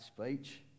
speech